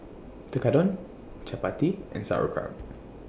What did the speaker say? Tekkadon Chapati and Sauerkraut